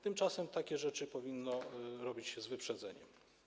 Tymczasem takie rzeczy powinno robić się z uprzedzeniem.